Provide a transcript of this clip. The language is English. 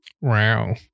Wow